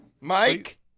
Mike